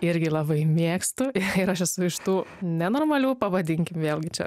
irgi labai mėgstu ir aš esu iš tų nenormalių pavadinkim vėlgi čia